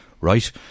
right